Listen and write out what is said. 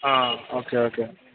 okay okay